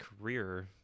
career